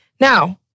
Now